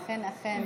אכן, אכן.